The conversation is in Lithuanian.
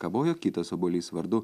kabojo kitas obuolys vardu